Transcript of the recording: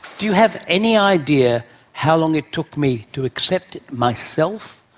do you have any idea how long it took me to accept it myself?